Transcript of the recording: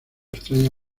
extraña